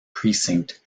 precinct